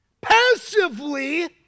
passively